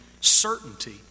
certainty